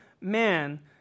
man